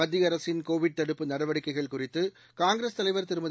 மத்திய அரசின் கோவிட் தடுப்பு நடவடிக்கைகள் குறித்து காங்கிரஸ் தலைவர் திருமதி